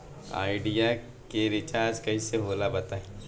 Idea के recharge कइसे होला बताई?